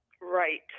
Right